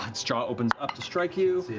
um its jaw opens up to strike you.